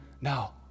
now